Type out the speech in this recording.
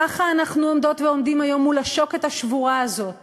ככה אנחנו עומדות ועומדים היום מול השוקת השבורה הזאת